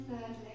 thirdly